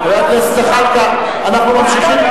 הכנסת זחאלקה, אנחנו ממשיכים.